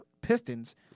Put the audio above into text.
Pistons